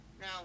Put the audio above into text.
Now